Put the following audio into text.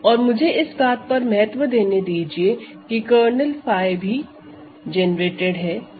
और मुझे इस बात पर महत्व देने दीजिए कि कर्नेल 𝜑 भी जेनेरेटेड है